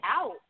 out